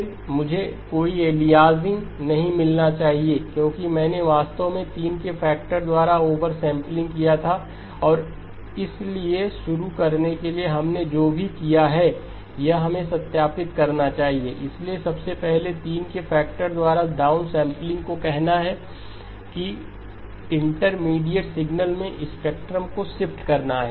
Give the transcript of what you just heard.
फिर मुझे कोई एलियाजिंग नहीं मिलना चाहिए क्योंकि मैंने वास्तव में तीन के फैक्टर द्वारा ओवर्सेंपलिंग किया था और इसलिए शुरू करने के लिए हमने जो भी किया है हमें यह सत्यापित करना चाहिए इसलिए सबसे पहले 3 के फैक्टर द्वारा डाउनसैंपलिंग का कहना है कि इंटरमीडिएट सिग्नल में स्पेक्ट्रम को शिफ्ट करना है